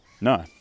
no